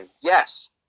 Yes